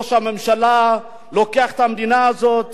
ראש הממשלה לוקח את המדינה הזאת